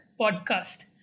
Podcast